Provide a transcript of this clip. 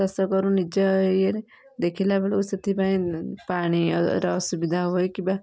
ଚାଷ କରୁ ନିଜ ଇଏରେ ଦେଖିଲା ବେଳକୁ ସେଥିପାଇଁ ପାଣିର ଅସୁବିଧା ହୁଏ କିବା